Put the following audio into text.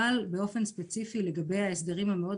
אבל באופן ספציפי לגבי ההסדרים המאוד